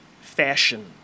fashion